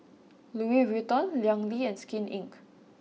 Louis Vuitton Liang Yi and Skin Inc